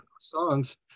songs